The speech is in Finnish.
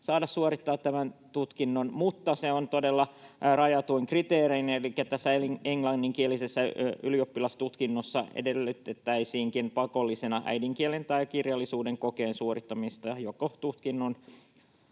saada suorittaa tämän tutkinnon. Mutta se on todella rajatuin kriteerein, elikkä tässä englanninkielisessä ylioppilastutkinnossakin edellytettäisiin pakollisena äidinkielen ja kirjallisuuden kokeen suorittamista. Se